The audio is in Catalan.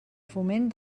foment